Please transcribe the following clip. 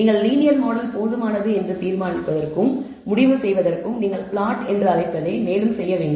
நீங்கள் linear model போதுமானது தீர்மானிப்பதற்கும் முடிவு செய்வதற்கும் நீங்கள் பிளாட் என்று அழைப்பதை மேலும் செய்ய வேண்டும்